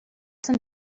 some